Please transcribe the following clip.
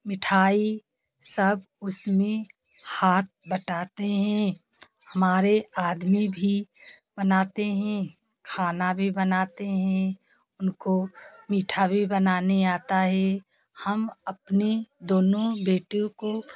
मिठाई सब उसमें हाथ बटाते हैं हमारे आदमी भी बनाते हैं खाना भी बनाते हैं उनको मीठा भी बनाने आता है हम अपनी दोनों बेटियों को